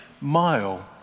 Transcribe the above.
mile